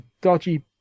dodgy